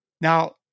Now